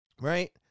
right